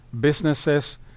businesses